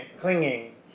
clinging